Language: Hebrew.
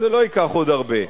זה לא ייקח עוד הרבה.